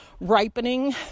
ripening